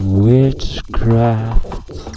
witchcraft